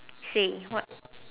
say what